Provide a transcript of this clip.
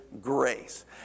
grace